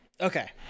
okay